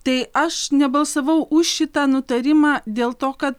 tai aš nebalsavau už šitą nutarimą dėl to kad